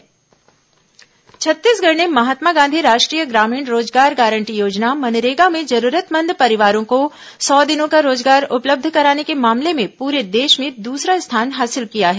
MNREGA Chhattisgarh e governance Chhattisgarh ने महात्मा गांधी राष्ट्रीय ग्रामीण रोजगार गारंटी योजना मनरेगा में जरूरतमंद परिवारों को सौ दिनों का रोजगार उपलब्ध कराने के मामले में पूरे देश में दूसरा स्थान हासिल किया है